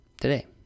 today